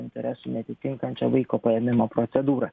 interesų neatitinkančią vaiko paėmimo procedūrą